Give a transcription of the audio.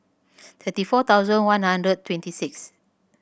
thirty four thousand one hundred and twenty six